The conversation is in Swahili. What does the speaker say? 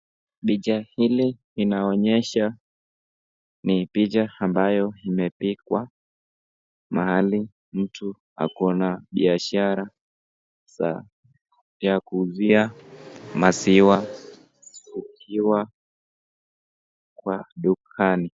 Picha hili inaonyesha ni picha ambayo imepigwa mahali mtu akona biashara ya kuuzia maziwa ikiwa kwa dukani.